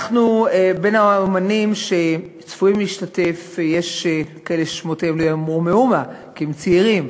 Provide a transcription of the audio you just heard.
בין האמנים יש כאלה ששמותיהם לא יאמרו מאומה כי הם צעירים,